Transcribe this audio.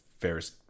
Ferris